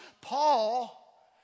Paul